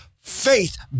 faith